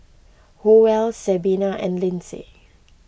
Howell Sabina and Lindsey